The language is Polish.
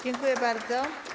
Dziękuję bardzo.